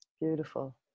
Beautiful